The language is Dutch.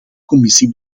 commissie